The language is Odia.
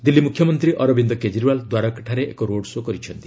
ଦିଲ୍ଲୀ ମୁଖ୍ୟମନ୍ତ୍ରୀ ଅରବିନ୍ଦ କେଜରିୱାଲ ଦ୍ୱାରକାରେ ଏକ ରୋଡ୍ ଶୋ' କରିଛନ୍ତି